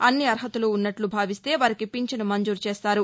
అన్ని అర్హతలు ఉన్నట్లు భావిస్తే వారికి ఫించను మంజూరు చేయనున్నారు